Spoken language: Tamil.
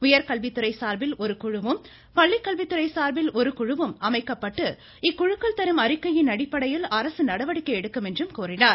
உயர்கல்வித்துறை சார்பில் ஒரு குழுவும் பள்ளிக்கல்வித்துறை சார்பில் ஒரு குழுவும் அமைக்கப்பட்டு இக்குழுக்கள் தரும் அறிக்கையின் அடிப்படையில் அரசு நடவடிக்கை எடுக்கும் என்றும் கூறினார்